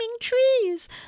trees